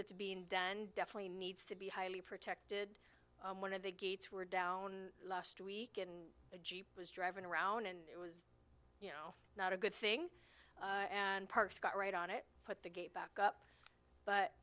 that's being done and definitely needs to be highly protected one of the gates were down last week in a jeep was driving around and it was you know not a good thing and parks got right on it put the gate back up but